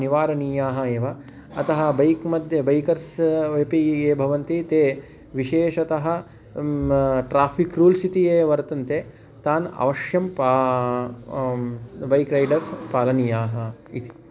निवारणीयाः एव अतः बैक्मध्ये बैकर्स् अपि ये भवन्ति ते विशेषतः ट्राफिक् रूल्स् इति ये वर्तन्ते तान् अवश्यं पा बैक् रैडर्स् पालनीयाः इति